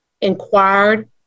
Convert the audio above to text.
inquired